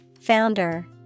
founder